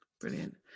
brilliant